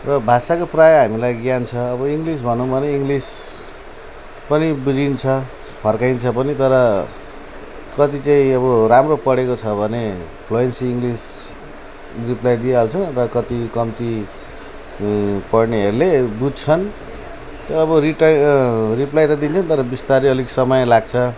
र भाषाको प्रायः हामीलाई ज्ञान छ अब इङ्लिस भनौँ भने इङ्लिस पनि बुझिन्छ फर्काइन्छ पनि तर कति चाहिँ अब राम्रो पढेको छ भने फ्लुएन्सी इङ्लिस रिप्लाई दिइहाल्छ र कति कम्ती पढ्नेहरूले बुझ्छन् तर अब रिटाई रिप्लाई त दिन्थेँ नि तर बिस्तारै अलिक समय लाग्छ